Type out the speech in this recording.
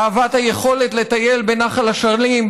אהבת היכולת לטייל בנחל אשלים,